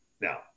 now